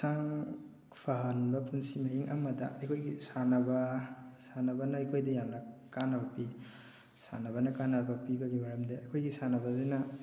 ꯍꯛꯆꯥꯡ ꯐꯍꯟꯕ ꯄꯨꯟꯁꯤ ꯃꯍꯤꯡ ꯑꯃꯗ ꯑꯩꯈꯣꯏꯒꯤ ꯁꯥꯟꯅꯕ ꯁꯥꯟꯅꯕꯅ ꯑꯩꯈꯣꯏꯗ ꯌꯥꯝꯅ ꯀꯥꯅꯕ ꯌꯥꯝ ꯄꯤ ꯁꯥꯟꯅꯕꯅ ꯀꯥꯅꯕ ꯄꯤꯕꯒꯤ ꯃꯔꯝꯗꯤ ꯑꯩꯈꯣꯏꯒꯤ ꯁꯥꯟꯅꯕꯁꯤꯅ